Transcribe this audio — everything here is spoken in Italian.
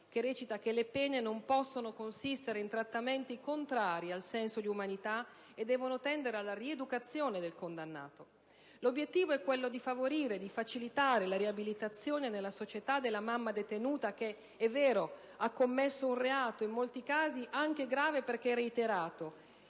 che recita: «Le pene non possono consistere in trattamenti contrari al senso di umanità e devono tendere alla rieducazione del condannato». L'obiettivo è quello di favorire e facilitare la riabilitazione nella società della mamma detenuta che, è vero, ha commesso un reato, in molti casi anche grave, perché magari reiterato,